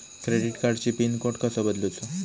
Credit कार्डची pin code कसो बदलुचा?